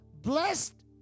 Blessed